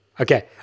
Okay